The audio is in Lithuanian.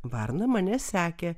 varna mane sekė